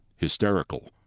hysterical